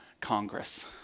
Congress